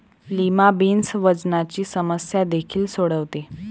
lima beans वजनाची समस्या देखील सोडवते